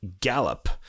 gallop